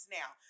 now